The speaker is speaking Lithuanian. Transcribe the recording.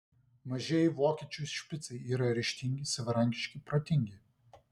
mažieji vokiečių špicai yra ryžtingi savarankiški protingi